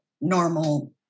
normal